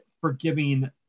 forgiving